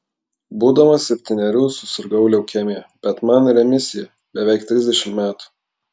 būdamas septynerių susirgau leukemija bet man remisija beveik trisdešimt metų